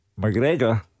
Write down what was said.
McGregor